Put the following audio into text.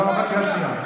תודה רבה, קריאה שנייה.